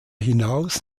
hinaus